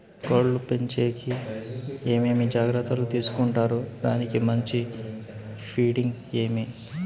కోళ్ల పెంచేకి ఏమేమి జాగ్రత్తలు తీసుకొంటారు? దానికి మంచి ఫీడింగ్ ఏమి?